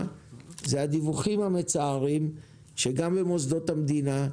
זה הדיווחים המצערים שגם במוסדות המדינה,